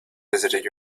visited